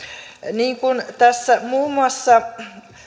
niin kuin tässä muun muassa